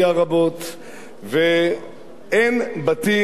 ואין בתים לתושבים רבים במדינת ישראל.